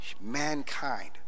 mankind